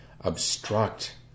obstruct